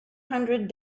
hundred